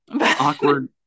awkward